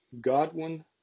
Godwin